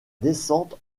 descente